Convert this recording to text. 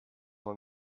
mal